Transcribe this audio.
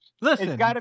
Listen